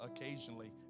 occasionally